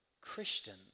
Christian